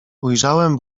ujrzałem